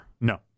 No